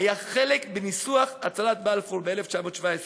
היה חלק בניסוח הצהרת בלפור ב-1917,